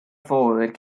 forward